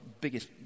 biggest